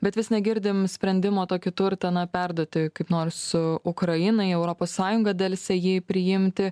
bet vis negirdim sprendimo tokį turtą na perduoti kaip nors ukrainai europos sąjunga delsia jį priimti